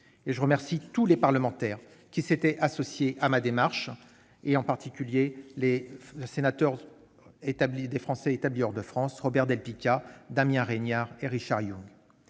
Je remercie tous les parlementaires qui se sont associés à ma démarche, en particulier les sénateurs représentant les Français établis hors de France Robert del Picchia, Damien Regnard et Richard Yung.